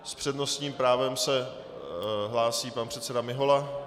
S přednostním právem se hlásí pan předseda Mihola.